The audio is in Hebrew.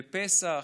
בפסח,